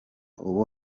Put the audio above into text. ubu